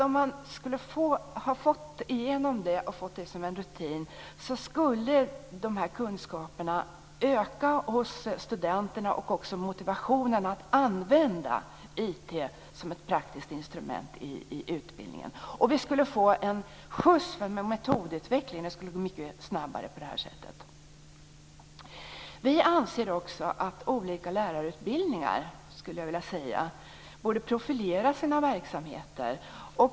Om man skulle ha fått igenom det och fått det som en rutin så skulle dessa kunskaper öka hos studenterna och också motivationen att använda IT som ett praktiskt instrument i utbildningen. Och metodutvecklingen skulle gå mycket snabbare på detta sätt. Vi anser också att olika lärarutbildningar borde profilera sina verksamheter.